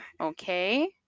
okay